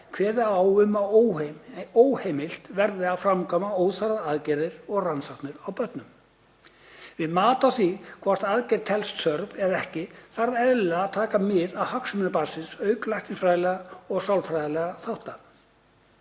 kveði á um að óheimilt verði að framkvæma óþarfar aðgerðir og rannsóknir á börnum. Við mat á því hvort aðgerð teljist þörf eða ekki þarf eðlilega að taka mið af hagsmunum barnsins auk læknisfræðilegra og sálfræðilegra þátta.